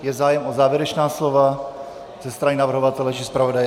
Je zájem o závěrečná slova ze strany navrhovatele či zpravodaje?